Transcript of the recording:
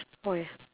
spoil ah